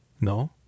No